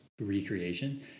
recreation